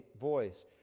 voice